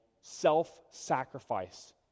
self-sacrifice